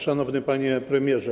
Szanowny Panie Premierze!